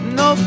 no